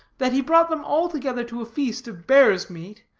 that he brought them all together to a feast of bear's meat,